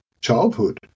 childhood